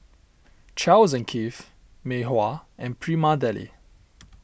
Charles and Keith Mei Hua and Prima Deli